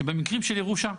שבמקרים של ירושה.